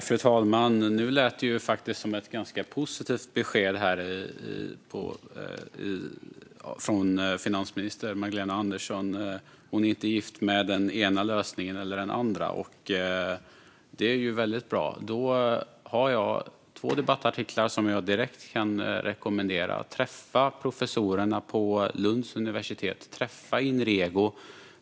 Fru talman! Nu lät det faktiskt som ett ganska positivt besked från finansminister Magdalena Andersson. Hon är inte gift med den ena lösningen eller den andra. Det är väldigt bra. Då har jag två debattartiklar som jag direkt kan rekommendera. Träffa professorerna på Lunds universitet! Träffa Inrego!